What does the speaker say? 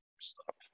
stop